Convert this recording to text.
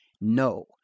No